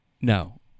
No